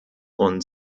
und